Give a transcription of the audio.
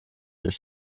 their